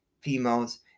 females